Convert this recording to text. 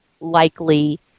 likely